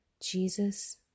Jesus